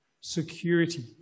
security